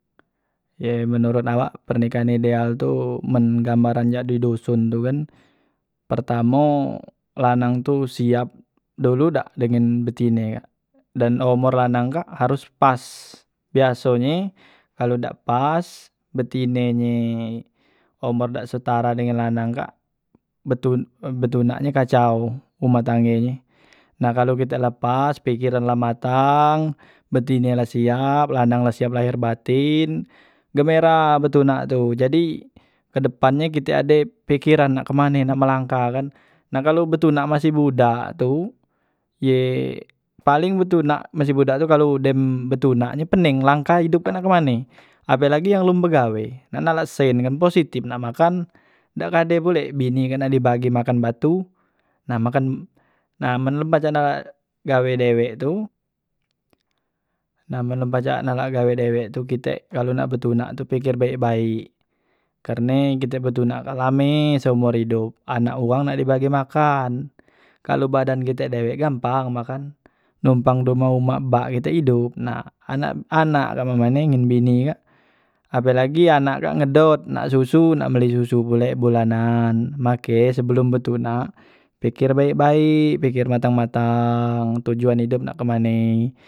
Ye menurut awak pernikahan ideal tu men gambaran cak di duson tu kan pertamo lanang tu siap dulu dak dengan betine kak dan humor lanang kak harus pas biasonye kalu dak pas betine nye umor dak setara dengan lanang kak betunak nyo kacau umah tangge nye nah kalu kite la pas pekeran la matang betine la siap lanang la siap lahir batin gemerah betunak tu jadi kedepannye kite ade pekeran nak kemane nak melangkah kan, nah kalu betunak masih budak tu ye paling betunak masih budak tu kalu dem betunak ni pening langkah idup nye nak kemane apelagi yang lum begawe nak la sen kan positip makan dak kade pule bini kak nak di bagi makan batu, nah makan nah man la pacak gawe dewek tu nah man la pacak nak la gawe dewek tu kite kalu nak betunak tu piker baek baek karne kite betunak kak lame seomor idop anak uwang nak di bagi makan kalu badan kite dewek gampang makan numpang humah wong mak bak kite idop na anak kak na mak mane ngan bini kak apelagi anak kak ngedot nak susu nak beli susu pule bulanan make e sebelum betunak piker baek baek pikir matang matang tujuan idop nak kemane.